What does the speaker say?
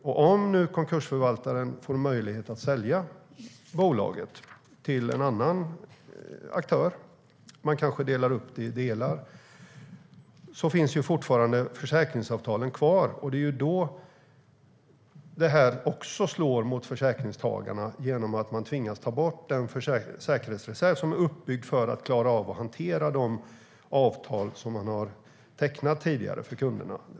Om konkursförvaltaren får möjlighet att sälja bolaget till en annan aktör - man kanske delar upp det i delar - finns ju försäkringsavtalen kvar. Det slår också mot försäkringstagarna genom att man tvingas ta bort den säkerhetsreserv som är uppbyggd för att klara av att hantera de avtal som man tidigare har tecknat för kunderna.